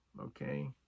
Okay